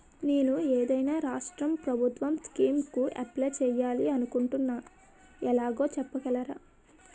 నేను ఏదైనా రాష్ట్రం ప్రభుత్వం స్కీం కు అప్లై చేయాలి అనుకుంటున్నా ఎలాగో చెప్పగలరా?